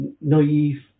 naive